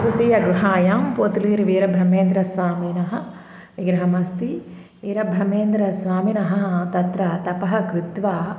तृतीयगुहायां पोतुलीरिवीरब्रह्मेन्द्रस्वामिनः विग्रहमस्ति वीरब्रह्मेन्द्रस्वामिनः तत्र तपः कृत्वा